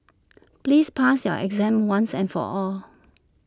please pass your exam once and for all